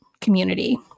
community